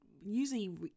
usually